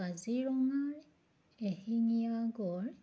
কাজিৰঙাৰ এশিঙীয়া গঁড়